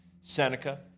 Seneca